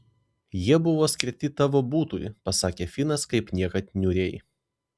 jie buvo skirti tavo butui pasakė finas kaip niekad niūriai